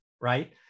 right